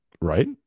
right